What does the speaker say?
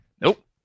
nope